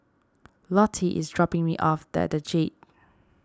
Lottie is dropping me off at the Jade